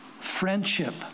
friendship